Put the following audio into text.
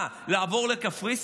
מה, לעבור לקפריסין?